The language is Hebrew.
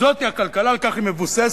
זאת הכלכלה, על כך היא מבוססת,